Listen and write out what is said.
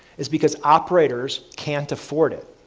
is because operators can't afford it.